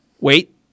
Wait